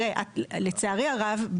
לצערי הרב,